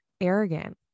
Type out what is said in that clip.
arrogant